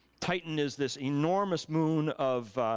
titan is this enormous moon of